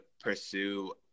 pursue